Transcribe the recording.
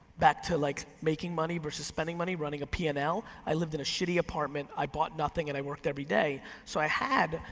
back to like making money versus spending money running a and pnl, i lived in a shitty apartment, i bought nothing and i worked every day. so i had,